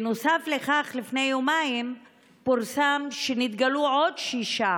נוסף לכך, לפני יומיים פורסם שהתגלו עוד שישה